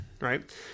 Right